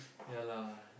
ya lah